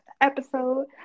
episode